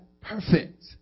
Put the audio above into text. perfect